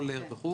סולר וכולי,